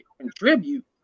contribute